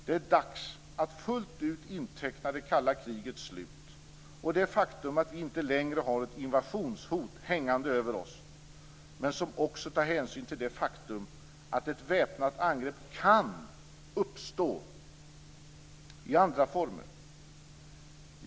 Det är dags att fullt ut inteckna det kalla krigets slut och det faktum att vi inte längre har ett invasionshot hängande över oss. Men vi skall också ta hänsyn till det faktum att ett väpnat angrepp kan uppstå i andra former.